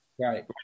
Right